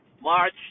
March